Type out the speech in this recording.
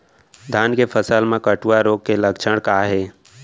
धान के फसल मा कटुआ रोग के लक्षण का हे?